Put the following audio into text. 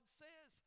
says